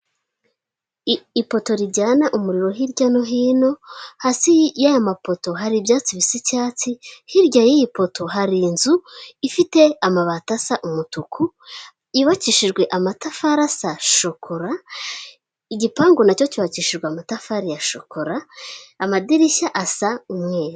Ipoto rijyana umuriro hirya no hino, hasi y'aya mapoto hari ibyatsi bisa icyatsi hirya y'iyi poto hari inzu ifite amabati asa umutuku, yubakishijwe amatafari asa shokora, igipangu nacyo cyubakishijwe amatafari ya shokora amadirishya asa umweru.